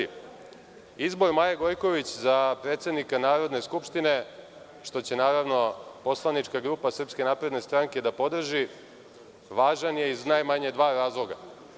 Izbor Maje Gojković za predsednika Narodne skupštine, što će naravno poslanička grupa Srpske napredne stranke da podrži, važan je iz najmanje dva razloga.